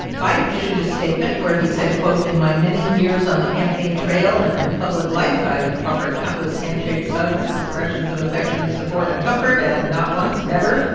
biden issued a statement where he said, quote, in my many years on the campaign trail and in public life, i've offered countless handshakes, hugs, expressions of affection, support and comfort. and not once, never,